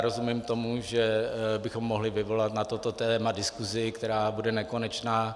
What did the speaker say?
Rozumím tomu, že bychom mohli vyvolat na toto téma diskusi, která bude nekonečná.